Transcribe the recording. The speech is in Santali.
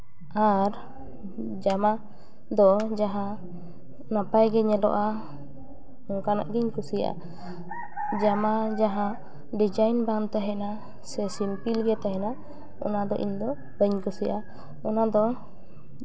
ᱟᱨ ᱡᱟᱢᱟ ᱫᱚ ᱡᱟᱦᱟᱸ ᱱᱟᱯᱟᱭ ᱜᱮ ᱧᱮᱞᱚᱜᱼᱟ ᱚᱱᱠᱟᱱᱟᱜ ᱜᱤᱧ ᱠᱩᱥᱤᱭᱟᱜᱼᱟ ᱡᱟᱢᱟ ᱡᱟᱦᱟᱸ ᱰᱤᱡᱟᱭᱤᱱ ᱵᱟᱝ ᱛᱟᱦᱮᱱᱟ ᱥᱮ ᱥᱤᱢᱯᱤᱞ ᱜᱮ ᱛᱟᱦᱮᱱᱟ ᱚᱱᱟ ᱫᱚ ᱤᱧ ᱫᱚ ᱵᱟᱹᱧ ᱠᱩᱥᱤᱭᱟᱜᱼᱟ ᱚᱱᱟ ᱫᱚ